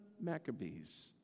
Maccabees